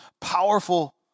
powerful